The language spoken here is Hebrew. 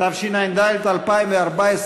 התשע"ד 2014,